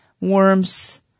worms